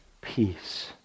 peace